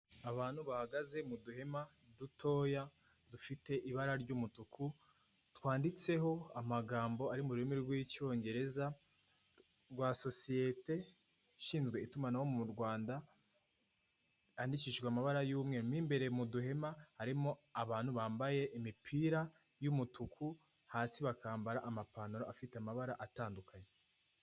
Umuhanda w'ikaburimbo cyangwa se parikingi harimo imodoka ebyiri, umumotari uri kuri moto wambaye umupira w'umweru n'ingofero yabugenewe ikoreshwa n'abamotari, hakurya hubatse amazu ameze neza, hari n'aho imodoka zinywera esansi ziri mu rugendo.